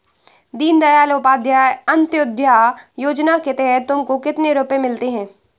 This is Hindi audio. दीन दयाल उपाध्याय अंत्योदया योजना के तहत तुमको कितने रुपये मिलते हैं